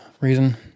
reason